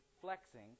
flexing